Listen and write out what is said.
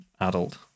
adult